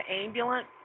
ambulance